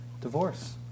Divorce